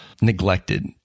neglected